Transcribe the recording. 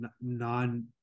non